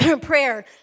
prayer